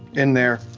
in there,